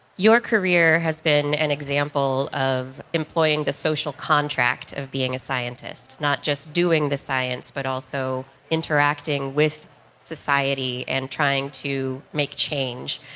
your career has been an example of employing the social contract of being a scientist, not just doing the science but also interacting with society and trying to make change.